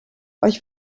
euch